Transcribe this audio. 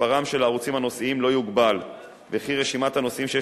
מספרם של הערוצים הנושאיים לא יוגבל ורשימת הנושאים שיש